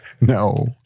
No